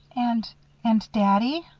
and and daddy?